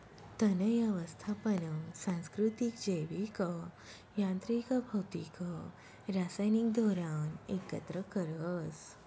तण यवस्थापन सांस्कृतिक, जैविक, यांत्रिक, भौतिक, रासायनिक धोरण एकत्र करस